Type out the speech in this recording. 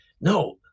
no